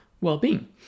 well-being